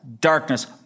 darkness